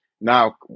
now